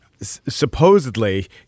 supposedly